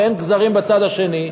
ואין גזרים בצד השני,